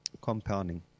compounding